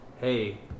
hey